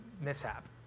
mishap